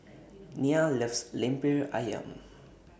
Nia loves Lemper Ayam